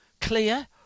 Clear